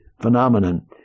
phenomenon